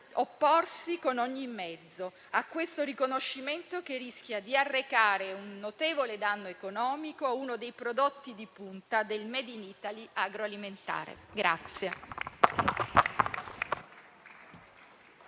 opporsi con ogni mezzo a questo riconoscimento che rischia di arrecare un notevole danno economico a uno dei prodotti di punta del *made in Italy* agroalimentare.